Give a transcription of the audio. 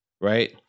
right